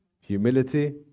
humility